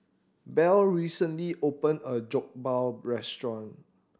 Bell recently opened a new Jokbal restaurant